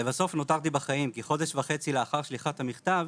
לבסוף נותרתי בחיים כי חודש וחצי לאחר שליחת המכתב